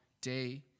day